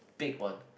big one